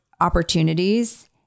opportunities